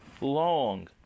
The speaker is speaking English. long